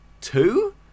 two